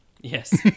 Yes